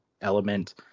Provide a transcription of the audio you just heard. element